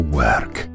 work